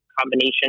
combination